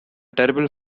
terrible